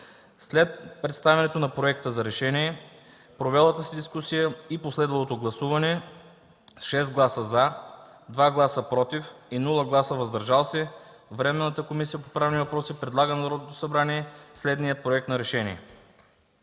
След представянето на проекта за решение, провелата се дискусия и последвалото гласуване с 6 гласа „за”, 2 гласа „против” и без „въздържали се” Временната комисия по правни въпроси предлага на Народното събрание следния „Проект! РЕШЕНИЕ